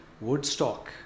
Woodstock